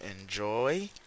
enjoy